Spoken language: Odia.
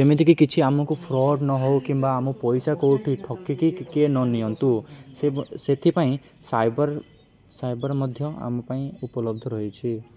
ଯେମିତିକି କିଛି ଆମକୁ ଫ୍ରଡ଼୍ ନହେଉ କିମ୍ବା ଆମ ପଇସା କେଉଁଠି ଠକିକି କିଏ ନ ନିଅନ୍ତୁ ସେ ସେଥିପାଇଁ ସାଇବର୍ ସାଇବର୍ ମଧ୍ୟ ଆମ ପାଇଁ ଉପଲବ୍ଧ ରହିଛି